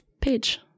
page